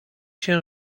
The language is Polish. się